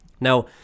Now